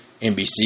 NBC